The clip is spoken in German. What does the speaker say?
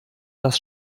das